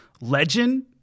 Legend